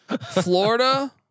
Florida